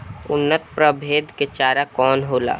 उन्नत प्रभेद के चारा कौन होला?